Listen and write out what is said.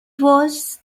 was